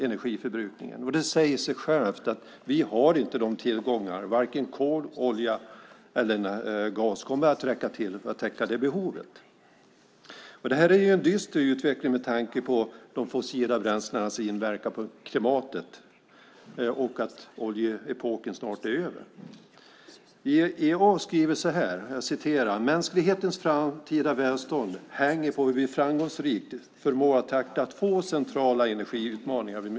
Det säger sig självt att våra tillgångar av kol, olja och gas inte kommer att räcka till för att täcka det behovet. Det är en dyster utveckling med tanke på de fossila bränslenas inverkan på klimatet och att oljeepoken snart är över. IEA skriver: Mänsklighetens framtida välstånd hänger på hur framgångsrikt vi förmår att tackla två centrala energiutmaningar.